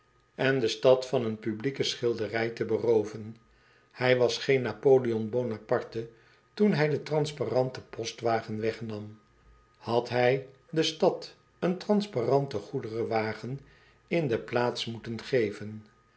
en de stad van een publieke schilderij te berooven hij was geen napoleon bonaparte toen hij den transparanten postwagen wegnam had hij de stad een transparanten goederenwagen in de plaats moeten geven